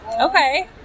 Okay